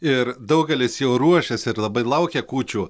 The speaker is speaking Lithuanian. ir daugelis jau ruošiasi ir labai laukia kūčių